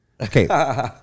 Okay